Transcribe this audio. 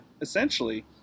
essentially